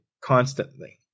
constantly